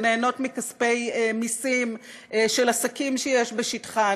שנהנות מכספי מסים של עסקים שיש בשטחן,